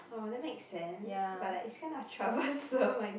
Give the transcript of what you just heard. oh that make sense but like it's kind of troublesome